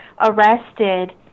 arrested